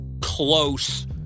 close